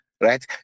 right